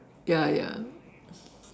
ya ya